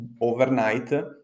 overnight